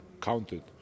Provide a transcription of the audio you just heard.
counted